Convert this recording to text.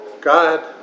God